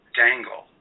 dangle